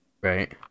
Right